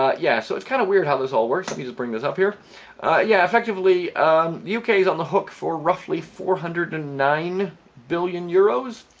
ah yeah so it's kind of weird how this all works let me just bring it up here yeah effectively ah um yeah uk is on the hook for roughly four hundred and nine billion euros